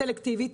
סלקטיבית,